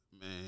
Man